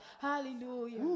Hallelujah